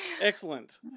excellent